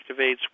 activates